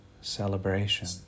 celebration